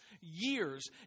years